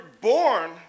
born